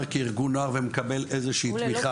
כארגון נוער ומקבל איזושהי תמיכה.